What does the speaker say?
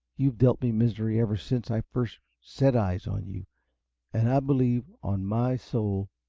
you've dealt me misery ever since i first set eyes on you and i believe, on my soul,